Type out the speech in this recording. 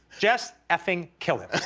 just f-ing kill him.